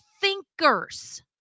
thinkers